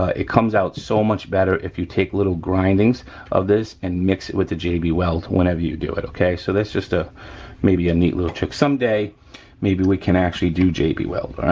ah it comes out so much better if you take little grindings of this and mix it with the j b weld whenever you do it, okay? so that's just a maybe a neat little trick, someday maybe we can actually do j b weld,